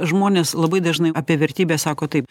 žmonės labai dažnai apie vertybes sako taip